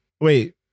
wait